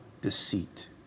deceit